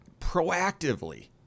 proactively